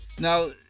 now